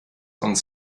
uns